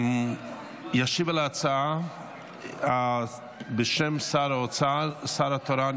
ישיב על ההצעה בשם שר האוצר השר התורן